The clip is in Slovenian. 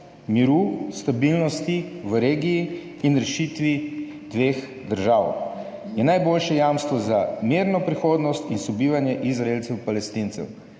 miru, stabilnosti v regiji in rešitvi dveh držav. Je najboljše jamstvo za mirno prihodnost in sobivanje Izraelcev, Palestincev.